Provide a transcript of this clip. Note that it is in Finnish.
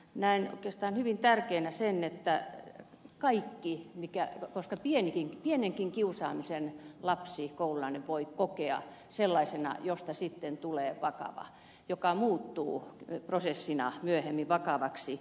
näen oikeastaan hyvin tärkeänä sen koska pienenkin kiusaamisen lapsi ja koululainen voi kokea sellaisena josta sitten tulee vakava ja joka muuttuu prosessina myöhemmin vakavaksi